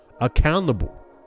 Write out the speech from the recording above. accountable